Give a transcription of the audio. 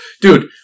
Dude